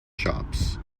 chops